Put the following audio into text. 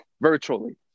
virtually